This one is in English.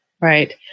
Right